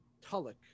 Tullock